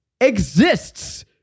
exists